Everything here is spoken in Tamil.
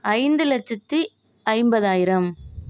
ஐந்து லட்சத்து ஐம்பதாயிரம்